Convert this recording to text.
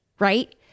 Right